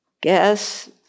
Guess